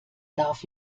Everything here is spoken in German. darf